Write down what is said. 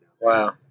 Wow